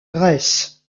grèce